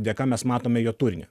dėka mes matome jo turinį